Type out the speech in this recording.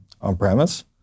on-premise